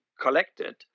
collected